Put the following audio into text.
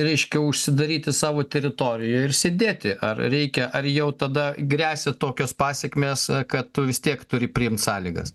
reiškia užsidaryti savo teritorijoj ir sėdėti ar reikia ar jau tada gresia tokios pasekmės kad tu vis tiek turi priimti sąlygas